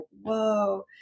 whoa